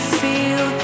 feel